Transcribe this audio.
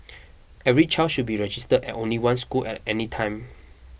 every child should be registered at only one school at any time